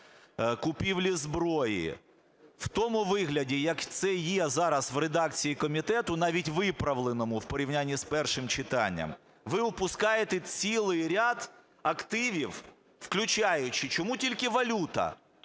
купівлі зброї. У тому вигляді, як це є зараз у редакції комітету, навіть виправленому у порівняні з першим читанням, ви опускаєте цілий ряд активів, включаючи… Чому тільки валюта?